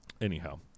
anyhow